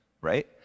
right